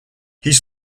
his